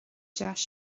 deis